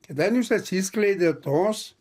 kėdainiuose atsiskleidė tos